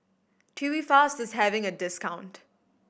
Tubifast is having a discount